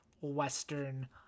Western